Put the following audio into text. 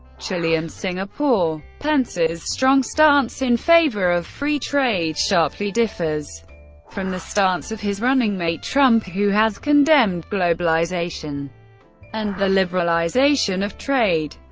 chile and singapore. pence's strong stance in favor of free trade sharply differs from the stance of his running mate trump, who has condemned globalization and the liberalization of trade.